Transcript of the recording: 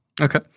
Okay